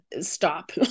stop